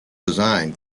design